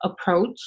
approach